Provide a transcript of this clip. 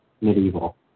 medieval